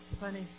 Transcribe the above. funny